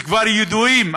שכבר ידועים,